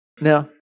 Now